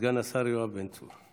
סגן השר יואב בן צור.